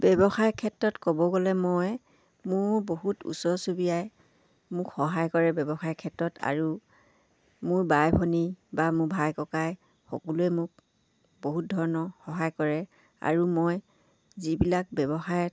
ব্যৱসায়ৰ ক্ষেত্ৰত ক'ব গ'লে মই মোৰ বহুত ওচৰ চুবুৰীয়াই মোক সহায় কৰে ব্যৱসায়ৰ ক্ষেত্ৰত আৰু মোৰ বাই ভনী বা মোৰ ভাই ককাই সকলোৱে মোক বহুত ধৰণৰ সহায় কৰে আৰু মই যিবিলাক ব্যৱসায়